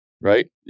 right